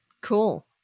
Cool